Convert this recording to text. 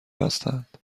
هستند